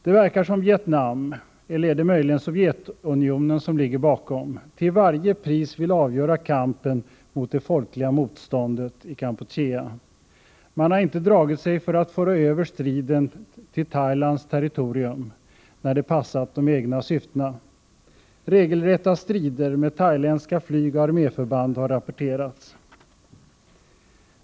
Det verkar som om Vietnam, eller är det möjligen Sovjetunionen som ligger bakom, till varje pris vill avgöra kampen mot det folkliga motståndet i Kampuchea. Man har inte dragit sig för att föra över striden till Thailands territorium, när det passat de egna syftena. Regelrätta strider med thailändska flygoch arméförband har rapporterats.